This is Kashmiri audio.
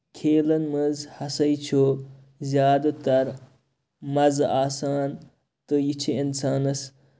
کھیلَن منٛز ہسا چھُ زیادٕ تَر مَزٕ آسان تہٕ یہِ چھِ اِنسانَس